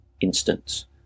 instance